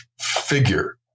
figure